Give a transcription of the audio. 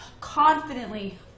confidently